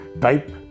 type